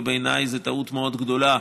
ובעיניי זו טעות מאוד גדולה,